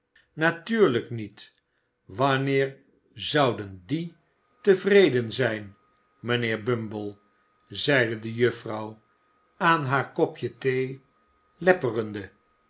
natuurlijk niet wanneer zouden d i e tevreden zijn mijnheer bumble zeide de juffrouw aan haar kopje thee